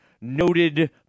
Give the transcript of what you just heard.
noted